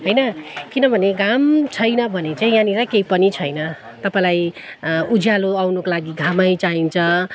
होइन किनभने घाम छैन भने चाहिँ यहाँनिर केही पनि छैन तपाईँलाई उज्यालो आउनुको लागि घामै चाहिन्छ